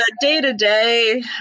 day-to-day